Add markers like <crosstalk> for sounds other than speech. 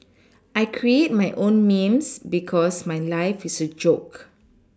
<noise> I create my own memes because my life is a joke